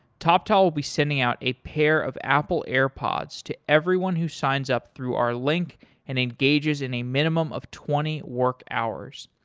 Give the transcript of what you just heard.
toptal will be sending out a pair of apple airpods to everyone who signs up through our link and engages in a minimum of twenty work hours.